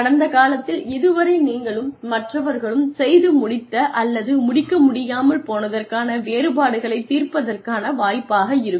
கடந்த காலத்தில் இது வரை நீங்களும் மற்றவர்களும் செய்து முடித்த அல்லது முடிக்க முடியாமல் போனதற்கான வேறுபாடுகளைத் தீர்ப்பதற்கான வாய்ப்பாக இருக்கும்